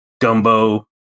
Gumbo